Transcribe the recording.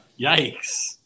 Yikes